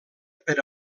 per